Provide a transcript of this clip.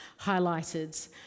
highlighted